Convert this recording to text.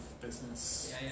business